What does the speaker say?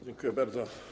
Dziękuję bardzo.